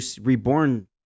Reborn